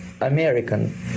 American